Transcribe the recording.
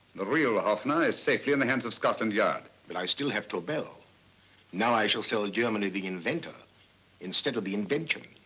the real hoffner is safely in the hands of scotland yard. but i still have tobel and now i shall sell germany the inventor instead of the invention.